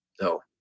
no